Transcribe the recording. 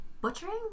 Butchering